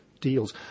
deals